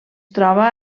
troba